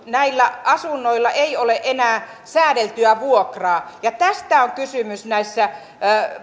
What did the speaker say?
näillä asunnoilla ei ole enää säädeltyä vuokraa tästä on kysymys näissä